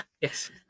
Yes